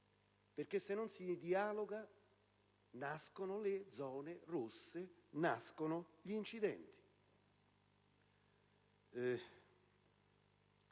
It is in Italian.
Se non si dialoga nascono le zone rosse, nascono gli incidenti.